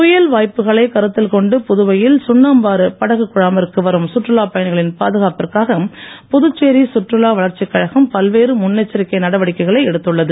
புயல் வாய்ப்புகளை கருத்தில் கொண்டு புதுவையில் சுண்ணாம்பாறு படகு குழாமிற்கு வரும் சுற்றுலாப் பயணிகளின் பாதுகாப்பிற்காக புதுச்சேரி சுற்றுலா வளர்ச்சிக் கழகம் பல்வேறு முன்னெச்சரிக்கை நடவடிக்கைளை எடுத்துள்ளது